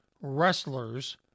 wrestlers –